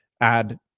add